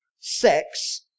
sex